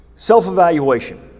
Self-evaluation